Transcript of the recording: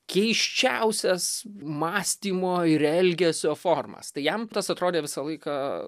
keisčiausias mąstymo ir elgesio formas tai jam tas atrodė visą laiką